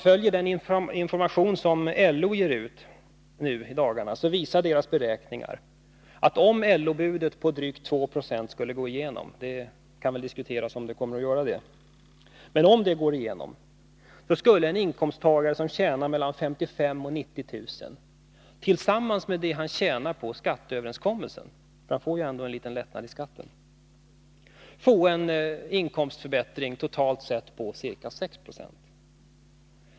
I den information som LO ger ut nu i dagarna visar beräkningar att om LO-budet på drygt 2 20 skulle gå igenom — det kan diskuteras om det kommer att göra det, men om så vore fallet — skulle en inkomsttagare som tjänar mellan 55 000 och 90 000 tillsammans med det han tjänar på skatteöverenskommelsen — han får ändå en liten lättnad i skatten — få en inkomstförbättring, totalt sett, på ca 6 20.